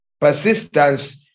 Persistence